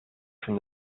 from